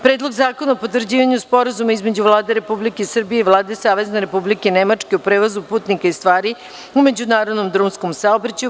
Predlog zakona o potvrđivanju između Vlade Republike Srbije i Vlade Savezne Republike Nemačku o prevozu putnika i stvari u međunarodnom drumskom saobraćaju; 18.